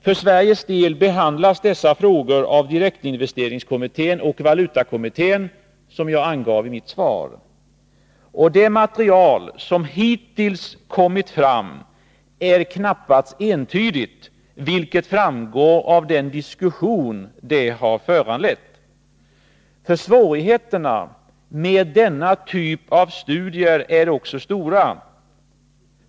För Sveriges del behandlas dessa frågor av direktinvesteringskommittén och valutakommittén, som jag angav i mitt svar. Det material som hittills kommit fram är knappast entydigt, vilket framgår av den diskussion det har föranlett. Svårigheterna med denna typ av studier är också stora.